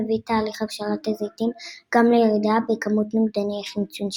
מביא תהליך הבשלת הזיתים גם לירידה בכמות נוגדי החמצון שבהם.